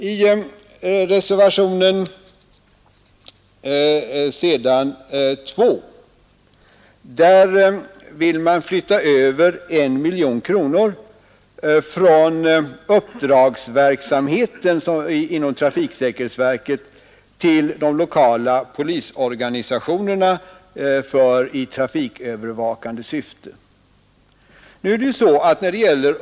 I reservationen 2 vill man flytta över 1 miljon kronor från uppdragsverksamheten inom trafiksäkerhetsverket till de lokala polisorganisationerna i trafikövervakande syfte.